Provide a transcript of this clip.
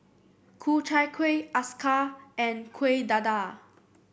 Ku Chai Kuih acar and Kueh Dadar